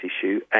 issue